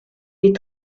est